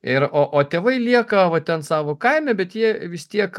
ir o o tėvai lieka va ten savo kaime bet jie vis tiek